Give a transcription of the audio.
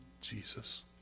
Jesus